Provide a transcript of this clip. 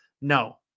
No